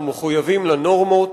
אנחנו מחויבים לנורמות,